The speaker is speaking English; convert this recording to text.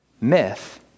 Myth